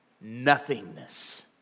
nothingness